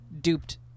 duped